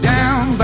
Down